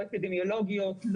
לא אפידמיולוגיות.